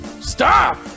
Stop